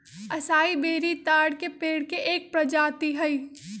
असाई बेरी ताड़ के पेड़ के एक प्रजाति हई